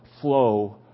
flow